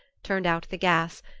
turned out the gas,